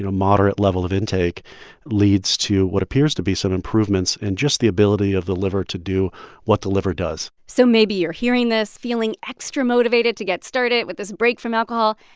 you know moderate level of intake leads to what appears to be some improvements in just the ability of the liver to do what the liver does so maybe you're hearing this feeling extra motivated to get started with this break from alcohol,